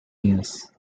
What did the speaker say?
years